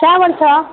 କଁ ବୋଲୁଛ